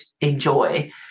enjoy